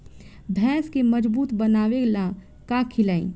भैंस के मजबूत बनावे ला का खिलाई?